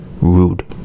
Rude